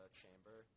chamber